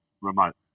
remote